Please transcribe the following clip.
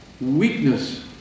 weakness